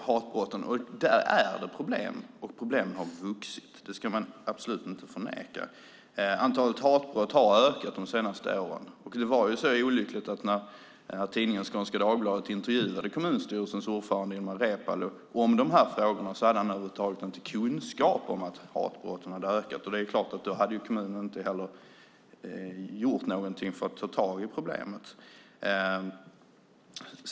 Hatbrotten är dock ett problem som har vuxit; det ska man inte förneka. Antalet hatbrott har ökat de senaste åren. Det var ju så olyckligt att när Skånska Dagbladet intervjuade kommunstyrelsens ordförande Ilmar Reepalu om dessa frågor hade han ingen vetskap om att hatbrotten hade ökat, och kommunen hade då inte heller gjort något för att ta tag i problemet.